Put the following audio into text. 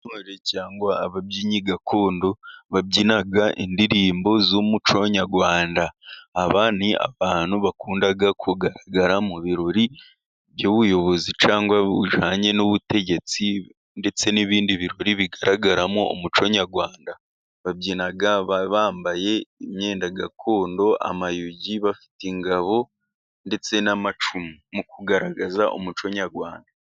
Korali cyangwa ababyinnyi gakondo babyina indirimbo z'umuco nyarwanda. Aba ni abantu bakundaga kugaragara mu birori by'ubuyobozi cyangwa bijyanye n'ubutegetsi ,ndetse n'ibindi birori bigaragaramo umuco nyarwanda. Babyina bambaye imyenda gakondo amayugi ,bafite ingabo ndetse n'amacumu mu kugaragaza umuco nyarwanda.